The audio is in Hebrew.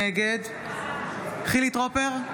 נגד חילי טרופר,